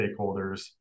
stakeholders